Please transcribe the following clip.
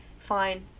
fine